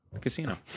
casino